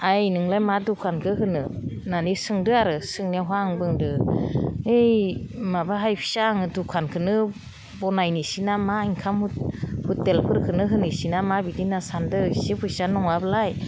आयै नोंलाय मा दखानखौ होनो होननानै सोंदो आरो सोंनायावहा आं बुंदो ओय माबाहाय आं फिसा दखानखौनो बानायनिसै नामा ओंखाम हटेलफोरखौनो होनोसै नामा बिदि होनना सानदों इसे फैसा नङाबालाय